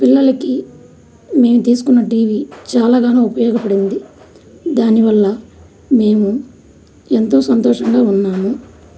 పిల్లలకి మేం తీసుకున్న టీవీ చాలా గాను ఉపయోగపడింది దానివల్ల మేము ఎంతో సంతోషంగా ఉన్నాము